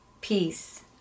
peace